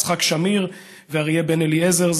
יצחק שמיר ואריה בן אליעזר,